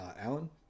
Alan